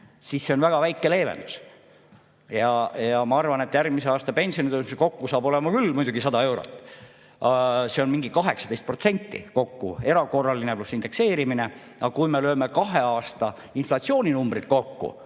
siis see on väga väike leevendus. Ja ma arvan, et järgmise aasta pensionitõus kokku on küll 100 eurot. See teeb kokku umbes 18% tõusu, erakorraline pluss indekseerimine. Aga kui me lööme kahe aasta inflatsiooninumbrid kokku